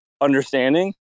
understanding